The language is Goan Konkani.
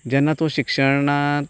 जेन्ना तूं शिक्षणांत